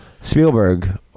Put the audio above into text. Spielberg